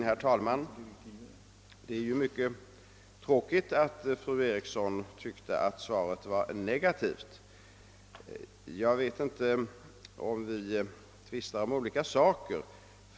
Herr talman! Det var ju mycket tråkigt att fru Eriksson i Stockholm tyckte att svaret var negativt. Jag vet inte om vi tvistar om olika saker.